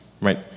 right